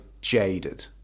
jaded